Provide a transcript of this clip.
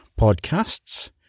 podcasts